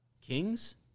kings